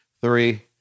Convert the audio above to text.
three